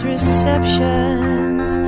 Receptions